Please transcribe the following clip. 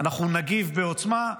אנחנו נגיב בעוצמה,